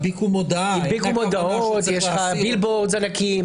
הדביקו מודעות, יש לך שלטי חוצות ענקיים.